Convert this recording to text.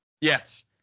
Yes